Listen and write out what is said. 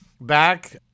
back